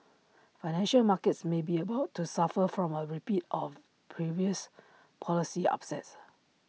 financial markets may be about to suffer from A repeat of previous policy upsets